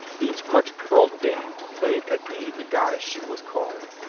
each much curled dame played at being the goddess she was called.